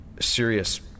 serious